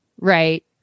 Right